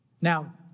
Now